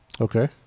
Okay